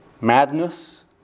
Madness